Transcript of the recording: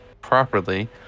properly